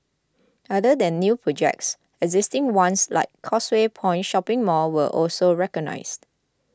other than new projects existing ones like Causeway Point shopping mall were also recognised